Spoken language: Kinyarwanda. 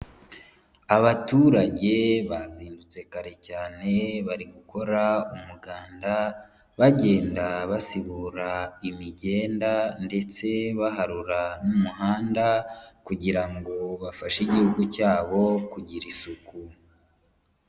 Abaturage bazindutse kare cyane, bari gukora umuganda bagenda basibura imigenda, ndetse baharura n'umuhanda kugira ngo bafashe igihugu cyabo kugira isuku.